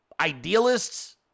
idealists